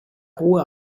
roue